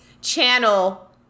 channel